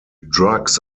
drugs